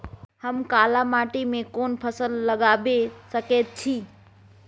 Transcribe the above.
हम काला माटी में कोन फसल लगाबै सकेत छी?